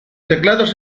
teclados